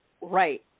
right